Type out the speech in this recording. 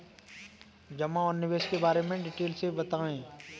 जमा और निवेश के बारे में डिटेल से बताएँ?